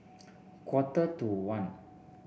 quarter to one